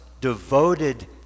devoted